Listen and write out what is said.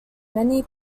many